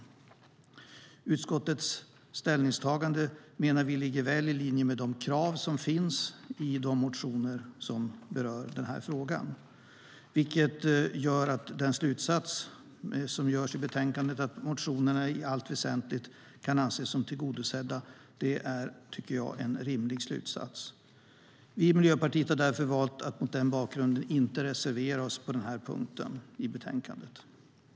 Vi menar att utskottets ställningstagande ligger väl i linje med de krav som finns i de motioner som berör den här frågan. Det gör att den slutsats som dras i betänkandet, att motionerna i allt väsentligt kan anses vara tillgodosedda, är en rimlig slutsats. Mot den bakgrunden har vi i Miljöpartiet valt att inte reservera oss på den punkten i betänkandet.